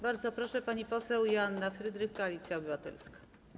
Bardzo proszę, pani poseł Joanna Frydrych, Koalicja Obywatelska.